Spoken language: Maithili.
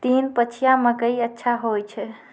तीन पछिया मकई अच्छा होय छै?